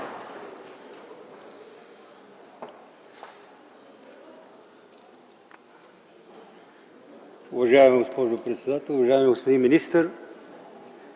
Уважаема госпожо председател, уважаеми господин министър,